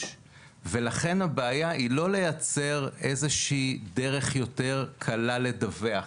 ולכן הבעיה היא לא לייצר איזו שהיא דרך קלה יותר עבורן לדווח,